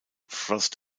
frost